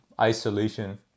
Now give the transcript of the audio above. isolation